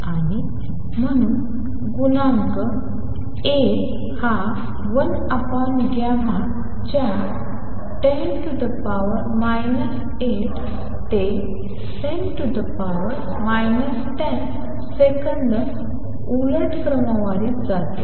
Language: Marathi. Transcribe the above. आणि म्हणून गुणांक A हा 1τ च्या 10 8 ते〖10 10सेकंद उलट क्रमवारीत जातो